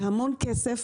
זה המון כסף.